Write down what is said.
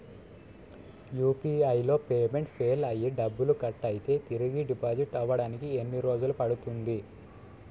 UPI లో payment fail అయ్యి డబ్బులు కట్ అయితే తిరిగి డిపాజిట్ అవ్వడానికి ఎన్ని రోజులు పడుతుంది?